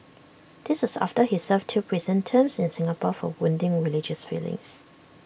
this was after he served two prison terms in Singapore for wounding religious feelings